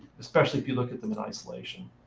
especially if you look at them in isolation.